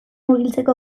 murgiltzeko